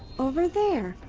over there.